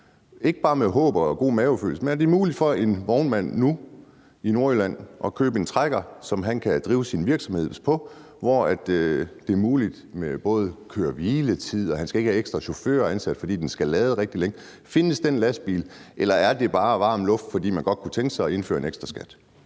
ikke bare med håb og god mavefornemmelse – for en vognmand i Nordjylland at købe en trækker, som han kan drive sin virksomhed på, hvor han kan overholde køre-hvile-tids-bestemmelserne, og hvor han ikke skal have en ekstra chauffører ansat, fordi den skal lade rigtig længe? Findes den lastbil, eller er det bare varm luft, fordi man godt kunne tænke sig at indføre en ekstra skat?